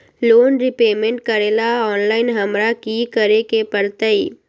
Loan repayment करेला online हमरा की करे के परतई?